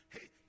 Hey